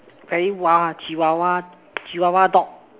very wild chihuahua chihuahua dog